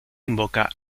invoca